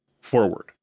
Forward